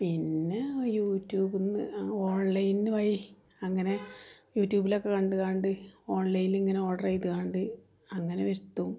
പിന്നെ യു ട്യൂബില്നിന്ന് ഓൺലൈൻ വഴി അങ്ങനെ ട്യൂബിലൊക്കെ കണ്ട് കണ്ട് ഓൺലൈനിലിങ്ങനെ ഓർഡര് ചെയ്ത്കാണ്ട് അങ്ങനെ വരുത്തും